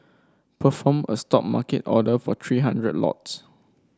perform a Stop market order for three hundred lots